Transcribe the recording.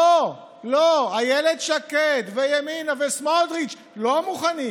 לא, לא, איילת שקד וימינה וסמוטריץ' לא מוכנים,